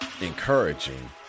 encouraging